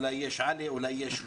אולי יש עלי,